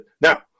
now